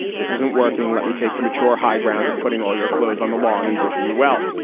this isn't working. let me take the mature high ground of putting all your clothes on the lawn and wishing you well.